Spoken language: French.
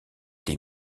des